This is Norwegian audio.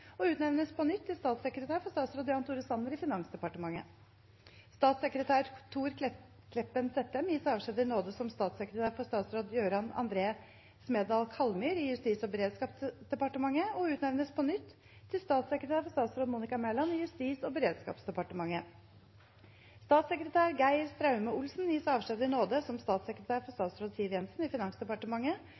og utnevnes på nytt til statssekretær for statsråd Jan Tore Sanner i Finansdepartementet. Statssekretær Thor Kleppen Sættem gis avskjed i nåde som statssekretær for statsråd Jøran André Smedal Kallmyr i Justis- og beredskapsdepartementet og utnevnes på nytt til statssekretær for statsråd Monica Mæland i Justis- og beredskapsdepartementet. Statssekretær Geir Straume Olsen gis avskjed i nåde som statssekretær for statsråd Siv Jensen i Finansdepartementet